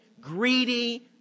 greedy